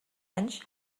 anys